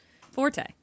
forte